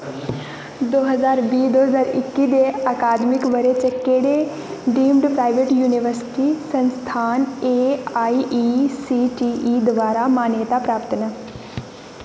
दो ज्हार बीह् दो ज्हार इक्की दे अकादमिक ब'रे च केह्ड़े डीम्ड प्राइवेट यूनिवर्सिटी संस्थान एआईसीटीई द्वारा मान्यता प्राप्त न